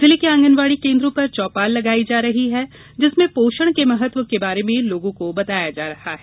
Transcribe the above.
जिले के आंगनवाड़ी केन्द्रों पर चौपाल लगाई जा रही है जिसमें पोषण के महत्व के बारे में लोगों को बताया जा रहा है